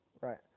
Right